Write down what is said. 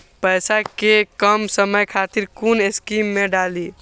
पैसा कै कम समय खातिर कुन स्कीम मैं डाली?